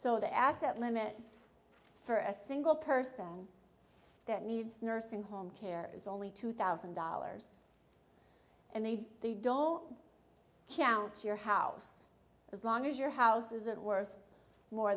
so the asset limit for a single person that needs nursing home care is only two thousand dollars and they they don't count your house as long as your house isn't worth more